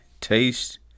Taste